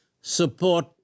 Support